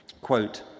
quote